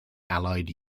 allied